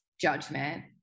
judgment